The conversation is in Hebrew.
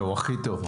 הכי טוב.